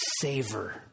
savor